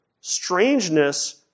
strangeness